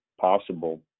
possible